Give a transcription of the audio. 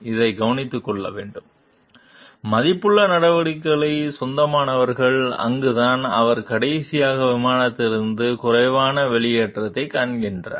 இதை கவனித்துக் கொள்ள வேண்டும் மதிப்புள்ள நடவடிக்கைக்கு சொந்தமானவர் அங்குதான் அவர் கடைசியாக விமானத்திலிருந்து குறைவாக வெளியேறியதைக் காண்கிறார்